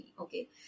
okay